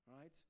right